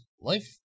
life